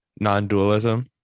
non-dualism